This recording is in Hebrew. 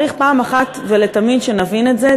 צריך פעם אחת ולתמיד שנבין את זה,